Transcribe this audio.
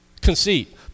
conceit